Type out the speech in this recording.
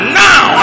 now